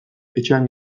etxean